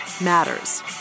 matters